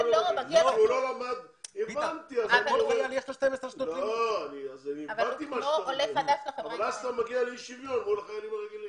אני הבנתי מה אתה אומר אבל אז אתה מגיע לאי שוויון מול החיילים הרגילים.